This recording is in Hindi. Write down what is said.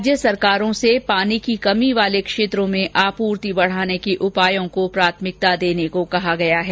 राज्य सरकारों से पानी की कमी वाले क्षेत्रों में आपूर्ति बढाने के उपायों को प्राथमिकता देने को कहा गया है